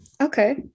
Okay